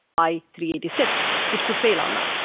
i three eight six. it could fail on that.